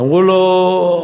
אמרו לו: